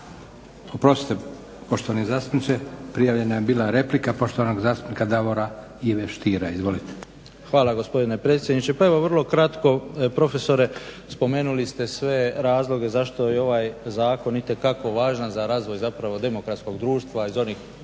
Oprostite poštovani zastupniče prijavljena je bila replika poštovanog zastupnika Davora Ive Stiera. Izvolite. **Stier, Davor Ivo (HDZ)** Hvala gospodine predsjedniče. Pa evo vrlo kratko profesore spomenuli ste sve razloge zašto je ovaj zakon itekako važan za razvoj zapravo demokratskog društva iz onih